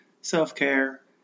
self-care